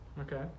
Okay